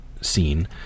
scene